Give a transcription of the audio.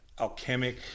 alchemic